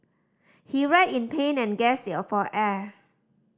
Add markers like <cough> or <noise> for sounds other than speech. he writhed in pain and <unintelligible> for air